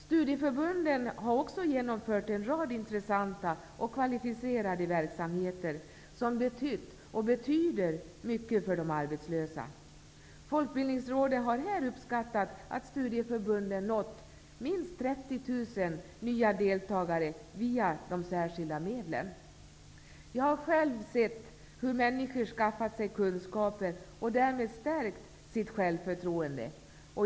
Studieförbunden har också genomfört en rad intressanta och kvalificerade verksamheter som betytt och betyder mycket för de arbetslösa. Folkbildningsrådet har här uppskattat att studieförbunden nått minst 30 000 nya deltagare via de särskilda medlen. Jag har själv sett hur människor skaffat sig kunskaper och därmed stärkt sitt självförtroende.